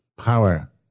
power